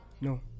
no